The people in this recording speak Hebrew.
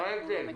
מה ההבדל?